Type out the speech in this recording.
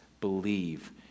believe